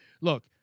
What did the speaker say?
Look